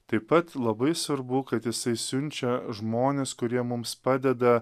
taip pat labai svarbu kad jisai siunčia žmones kurie mums padeda